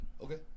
Okay